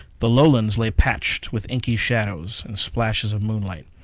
the lowlands lay patched with inky shadows and splashes of moonlight.